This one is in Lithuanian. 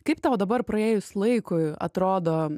kaip tau o dabar praėjus laikui atrodo